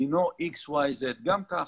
דינו כך וכך.